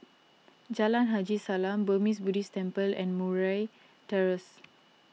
Jalan Haji Salam Burmese Buddhist Temple and Murray Terrace